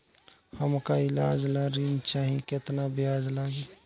हमका ईलाज ला ऋण चाही केतना ब्याज लागी?